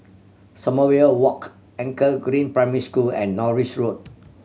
Sommerville Walk Anchor Green Primary School and Norris Road